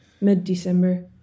mid-December